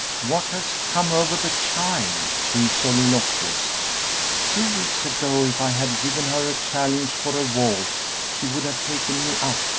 what has come over the child? he soliloquized two weeks ago if i had given her a challenge for a waltz she would have taken me up,